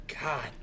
god